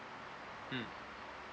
mm